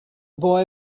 boy